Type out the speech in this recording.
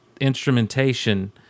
instrumentation